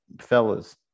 fellas